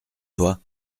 toi